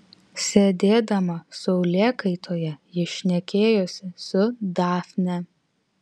sėdėdama saulėkaitoje ji šnekėjosi su dafne